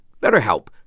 BetterHelp